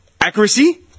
Accuracy